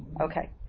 Okay